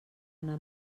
anar